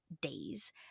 days